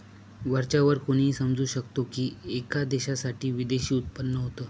वरच्या वर कोणीही समजू शकतो की, एका देशासाठी विदेशी उत्पन्न होत